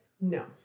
No